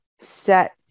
set